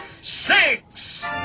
six